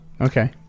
Okay